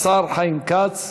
השר חיים כץ.